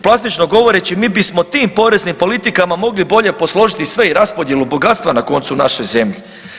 Plastično govoreći mi bismo tim poreznim politikama mogli bolje posložiti sve i raspodjelu bogatstva na koncu u našoj zemlji.